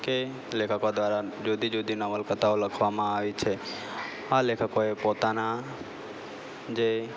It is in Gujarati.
કે લેખકો દ્વારા જુદી જુદી નવલકથાઓ લખવામાં આવી છે આ લેખકોએ પોતાના જે